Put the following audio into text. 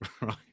Right